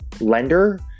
lender